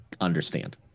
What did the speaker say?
understand